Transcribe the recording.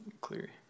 clear